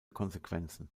konsequenzen